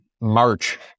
March